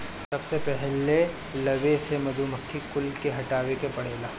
सबसे पहिले लवे से मधुमक्खी कुल के हटावे के पड़ेला